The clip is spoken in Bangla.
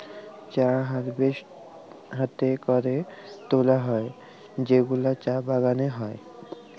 চা হারভেস্ট হ্যাতে ক্যরে তুলে হ্যয় যেগুলা চা বাগালে হ্য়য়